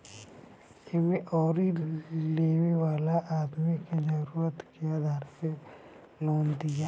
एमे उधारी लेवे वाला आदमी के जरुरत के आधार पे लोन दियाला